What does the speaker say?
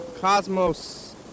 Cosmos